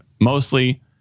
mostly